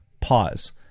pause